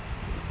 jap